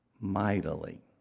mightily